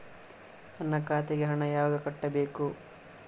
ನನ್ನ ಖಾತೆಗೆ ಹಣ ಯಾವಾಗ ಕಟ್ಟಬೇಕು?